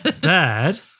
Dad